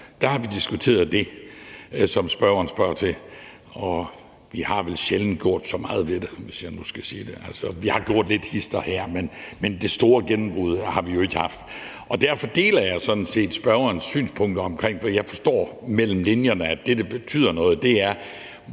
årene har vi diskuteret det, som spørgeren spørger til. Og vi har vel sjældent gjort meget ved det, hvis jeg nu skal sige det, som det er. Vi har gjort lidt hist og her, men det store gennembrud har vi jo ikke haft. Derfor deler jeg sådan set spørgerens synspunkt om det, for jeg forstår og kan læse mellem linjerne, at det, der betyder noget, er,